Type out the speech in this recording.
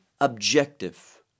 objective